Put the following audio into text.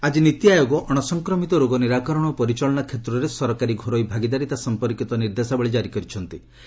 ନୀତି ଆୟୋଗ ଏନ୍ସିଡି ଆଜି ନୀତି ଆୟୋଗ ଅଶସଂକ୍ରମିତ ରୋଗ ନିରାକରଣ ଓ ପରିଚାଳନା କ୍ଷେତ୍ରରେ ସରକାରୀ ଘରୋଇ ଭାଗିଦାରିତା ସମ୍ପର୍କିତ ନିର୍ଦ୍ଦେଶାବଳୀ ଜାରି କରିଛନ୍ତି